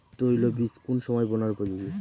তৈল বীজ কোন সময় বোনার উপযোগী?